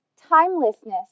timelessness